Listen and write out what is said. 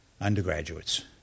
undergraduates